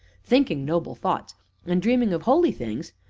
thinking noble thoughts and dreaming of holy things,